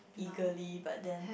eagerly but then